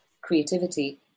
creativity